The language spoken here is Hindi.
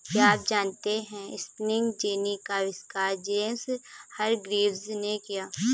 क्या आप जानते है स्पिनिंग जेनी का आविष्कार जेम्स हरग्रीव्ज ने किया?